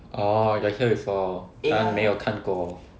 orh I got hear before 但没有看过